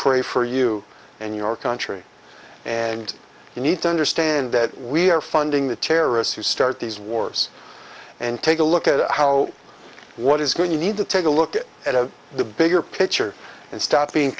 pray for you and your country and you need to understand that we are funding the terrorists who start these wars and take a look at how what is going to need to take a look at the bigger picture and stop being